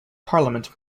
parliament